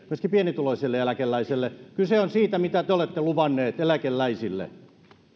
myöskin pienituloisille eläkeläisille kyse on siitä mitä te olette luvanneet eläkeläisille